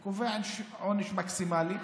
הוא קובע עונש מקסימלי.